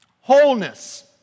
Wholeness